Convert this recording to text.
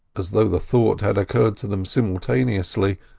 as though the thought had occurred to them simultaneously,